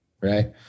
Right